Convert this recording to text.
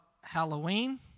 Halloween